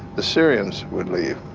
the syrians would leave.